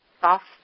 soft